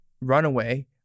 Runaway